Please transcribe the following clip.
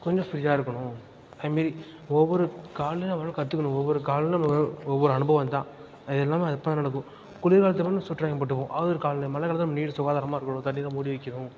கொஞ்சம் ஃப்ரீயாக இருக்கணும் அதுமாரி ஒவ்வொரு காலநிலையும் நம்ம வந்து கற்றுக்கணும் ஒவ்வொரு காலநிலையும் நமக்கு ஒவ்வொரு அனுபவம் தான் அது எல்லாமே அப்போ தான் நடக்கும் குளிர்காலத்தில் வந்து சொட்ரு வாங்கி போட்டுப்போம் அது ஒரு காலநிலை மழைக்காலத்துல நம்ம நீர் சுகாதாரமாக இருக்கணும் தண்ணிலாம் மூடி வைக்கணும்